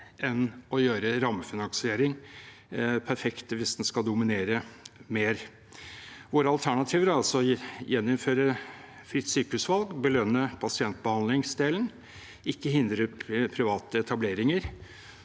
enn å gjøre rammefinansiering perfekt hvis den skal dominere mer. Våre alternativer er altså å gjeninnføre fritt sykehusvalg, belønne pasientbehandlingsdelen og ikke hindre private etableringer